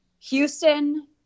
Houston